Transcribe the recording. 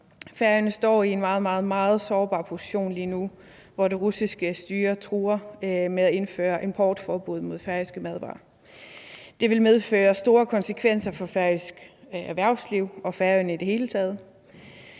Færøerne står i en meget, meget sårbar position lige nu, hvor det russiske styre truer med at indføre importforbud mod færøske madvarer. Det vil medføre store konsekvenser for færøsk erhvervsliv og Færøerne i det hele taget.